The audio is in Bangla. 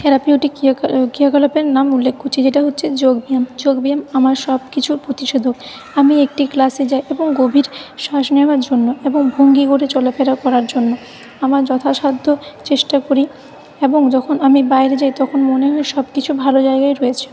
থেরাপিউটিক ক্রিয়া ক্রিয়াকলাপের নাম উল্লেখ করছি যেটা হচ্ছে যোগব্যায়াম যোগব্যায়াম আমার সবকিছুর প্রতিষেধক আমি একটি ক্লাসে যাই এবং গভীর শ্বাস নেওয়ার জন্য এবং ভঙ্গি গড়ে চলাফেরা করার জন্য আমার যথাসাধ্য চেষ্টা করি এবং যখন আমি বাইরে যাই তখন মনে হয় সবকিছু ভালো জায়গায় রয়েছে